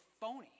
phony